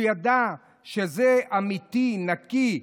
הוא ידע שזה אמיתי, נקי.